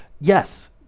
Yes